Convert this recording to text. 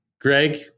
Greg